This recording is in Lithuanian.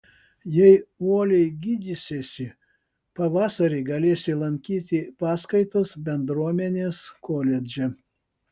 jei uoliai gydysiesi pavasarį galėsi lankyti paskaitas bendruomenės koledže